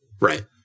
Right